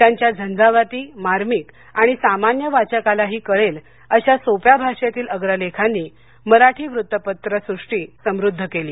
त्यांच्या झंझावाती मार्मिक आणि सामान्य वाचकालाही कळेल अशा सोप्या भाषेतील अग्रलेखांनी मराठी वृत्तपत्रसृष्टी समृद्ध केली